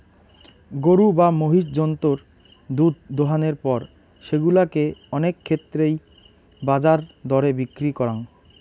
গরু বা মহিষ জন্তুর দুধ দোহানোর পর সেগুলা কে অনেক ক্ষেত্রেই বাজার দরে বিক্রি করাং